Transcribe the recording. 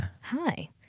hi